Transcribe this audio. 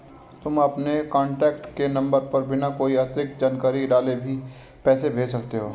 तुम अपने कॉन्टैक्ट के नंबर पर बिना कोई अतिरिक्त जानकारी डाले भी पैसे भेज सकते हो